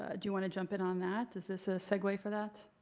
ah do you want to jump in on that? is this a segue for that?